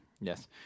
Yes